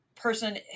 person